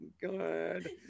good